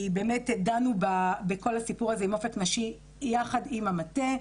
דנו בכל הסיפור הזה עם אופק נשי יחד עם המטה.